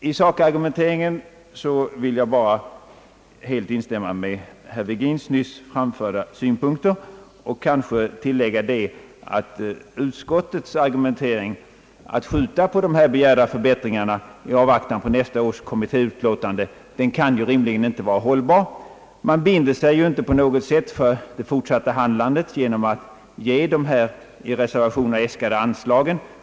I sakargumenteringen vill jag bara helt instämma i herr Virgins nyss framförda synpunkter och kanske tillägga att utskottets argumentering för att skjuta på de begärda förbättringarna i avvaktan på nästa års kommittéutlåtande ju inte rimligen kan vara hållbar. Man binder sig inte på något sätt för det fortsatta handlandet genom att ge de i reservationerna äskade anslagen.